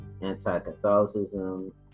anti-Catholicism